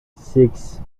six